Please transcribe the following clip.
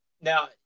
now